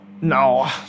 No